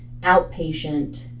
outpatient